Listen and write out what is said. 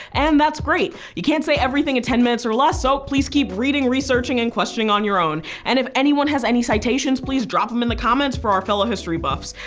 and that's great! you can't say everything in ten minutes or less so please keep reading, researching, and questioning on your own! and if anyone has any citations, please drop them in the comments for our fellow history buffs.